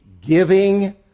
giving